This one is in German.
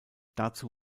dazu